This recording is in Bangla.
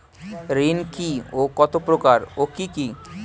ঋণ কি ও কত প্রকার ও কি কি?